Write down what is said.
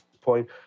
point